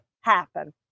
happen